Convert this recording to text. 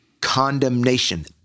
condemnation